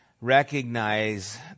Recognize